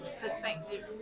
perspective